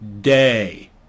day